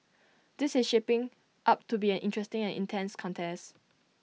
this is shaping up to be an interesting and intense contest